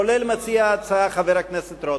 כולל מציע ההצעה חבר הכנסת רותם,